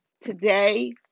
today